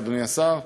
אדוני השר,